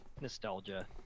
nostalgia